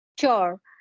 Sure